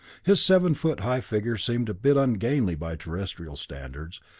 his seven foot high figure seemed a bit ungainly by terrestrial standards,